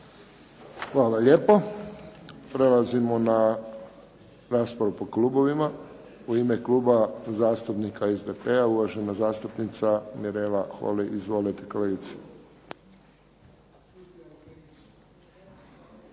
Hvala lijepo. Prelazimo na raspravu po klubovima. U ime Kluba zastupnika SDP-a uvažena zastupnica Mirela Holy. Izvolite kolegice.